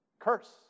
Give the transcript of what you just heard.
Curse